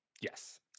yes